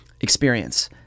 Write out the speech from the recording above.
experience